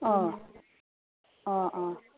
অঁ অঁ অঁ